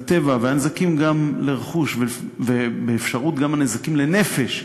לטבע והנזקים גם לרכוש, ובאפשרות גם הנזקים לנפש,